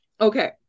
okay